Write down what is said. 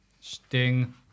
Sting